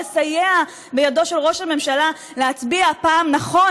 לסייע בידו של ראש הממשלה להצביע הפעם נכון,